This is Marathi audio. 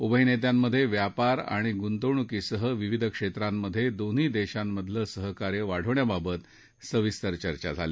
उभय नेत्यांमध्ये व्यापार आणि गुंतवणुकीसह विविध क्षेत्रामध्ये दोन्ही देशांमधले सहकार्य वाढवण्याबाबत सविस्तर चर्चा झाली